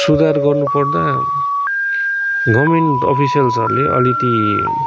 सुधार गर्नु पर्दा गभर्मेन्ट अफिसियल्सहरूले अलिकति